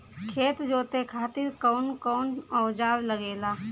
खेत जोते खातीर कउन कउन औजार लागेला?